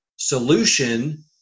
Solution